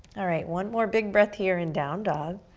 alright, one more big breath here in down dog,